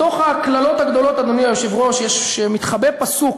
בתוך הקללות הגדולות, אדוני היושב-ראש, מתחבא פסוק